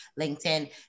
LinkedIn